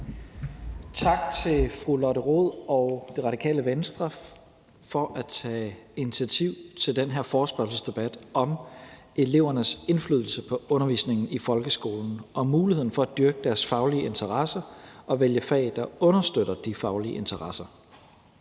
Tak til fru Lotte Rod og Radikale Venstre for at tage initiativ til den her forespørgselsdebat om elevernes indflydelse på undervisningen i folkeskolen og muligheden for at dyrke deres faglige interesser og vælge fag, der understøtter de faglige interesser.